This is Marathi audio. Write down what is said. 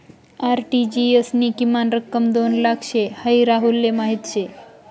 आर.टी.जी.एस नी किमान रक्कम दोन लाख शे हाई राहुलले माहीत शे